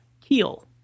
Keel